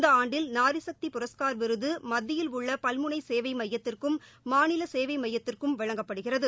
இந்த ஆண்டில் நாரிசக்தி புரஸ்கார் விருது மத்தியில் உள்ள பல்முனை சேவை மையத்திற்கும் மாநில சேவை மையத்திற்கும் வழங்கப்படுகிறது